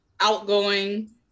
outgoing